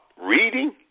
reading